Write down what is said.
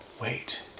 wait